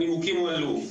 הנימוקים הועלו,